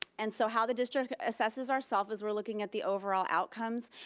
and so how the district assesses ourself is we're looking at the overall outcomes.